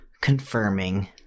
confirming